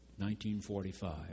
1945